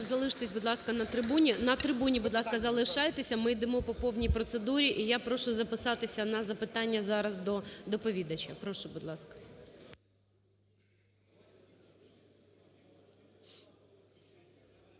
залишайтеся. Ми йдемо по повній процедурі. І я прошу записатися на запитання зараз до доповідача.